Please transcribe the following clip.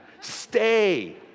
Stay